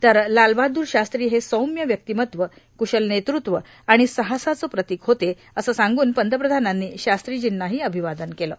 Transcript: तर लाल बहादूर शास्त्री हे सौम्य व्यक्तिमत्व कुशल नेतृत्व आणि साहसाचं प्रतिक होते असं सांगून पंतप्रधानांनी शास्त्रीर्जींना अभिवादन केलं आहे